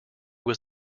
was